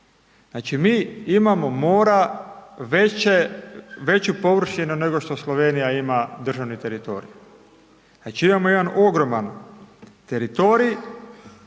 Znači mi imamo mora, veću površinu nego što Slovenija ima državni teritorij. Znači imamo jedan ogroman teritorij